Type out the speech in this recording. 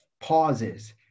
pauses